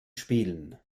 spielen